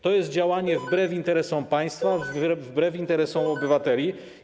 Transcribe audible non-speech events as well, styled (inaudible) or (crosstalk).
To jest działanie wbrew interesom państwa, (noise) wbrew interesom obywateli.